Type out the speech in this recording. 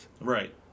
Right